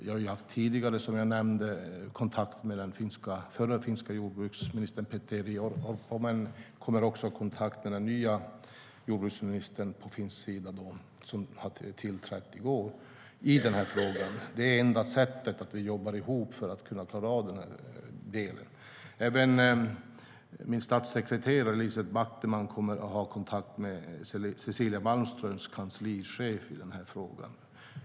Jag har som jag nämnde tidigare haft kontakt med den förra finska jordbruksministern Petteri Orpo men jag kommer i den här frågan också att ha kontakt med den nya jordbruksministern på finsk sida som tillträdde i går. Det enda sättet för att kunna klara av den här delen är att vi jobbar ihop. Även min statssekreterare Elisabeth Backteman kommer att ha kontakt med Cecilia Malmströms kanslichef i den här frågan.